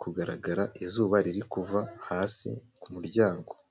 kugaragara izuba riri kuva hasi ku muryango.